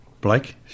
Blake